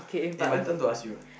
eh my turn to ask you